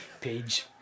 Page